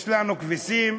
יש לנו כבשים,